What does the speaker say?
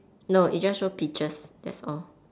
no it just show pictures that's all